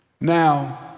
Now